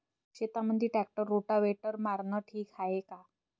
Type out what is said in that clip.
शेतामंदी tractor rotavator मारनं ठीक हाये का?